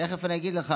תכף אני אגיד לך.